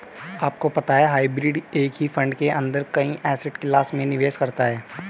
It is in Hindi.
आपको पता है हाइब्रिड एक ही फंड के अंदर कई एसेट क्लास में निवेश करता है?